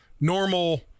normal